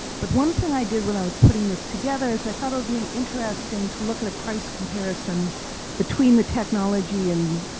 but one thing i did when i was putting this together is i thought it would be and interesting to look at a price comparison between the technology and,